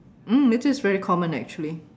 mm it is very common actually